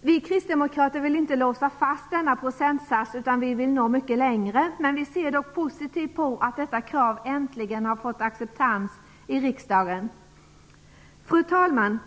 Vi kristdemokrater vill inte låsa fast denna procentsats utan vill nå mycket längre. Vi ser dock positivt på att detta krav äntligen fått acceptans i riksdagen. Fru talman!